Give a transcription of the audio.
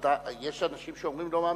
יש אנשים שאומרים: לא מאמינים,